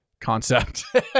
concept